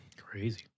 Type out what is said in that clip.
crazy